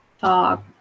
talk